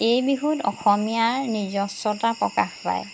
এই বিহুত অসমীয়াৰ নিজস্বতা প্ৰকাশ পায়